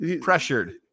pressured